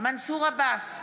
מנסור עבאס,